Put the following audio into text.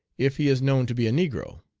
if he is known to be a negro.